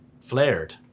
flared